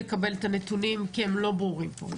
לקבל את הנתונים כי הם לא ברורים פה.